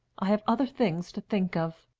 i have other things to think of